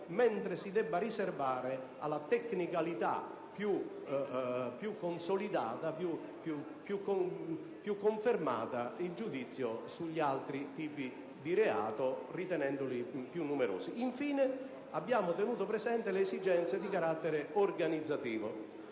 mentre si debba riservare alla tecnicalità più consolidata, più confermata, il giudizio sugli altri tipi di reato ritenendoli più numerosi. Infine, abbiamo tenuto presenti le esigenze di carattere organizzativo,